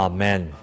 Amen